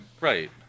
right